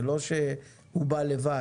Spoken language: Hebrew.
זה לא שהוא בא לבד.